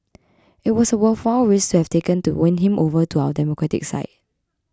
it was a worthwhile risk to have taken to win him over to our democratic side